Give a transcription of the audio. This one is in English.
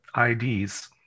IDs